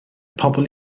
pobl